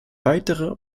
weitere